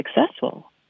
successful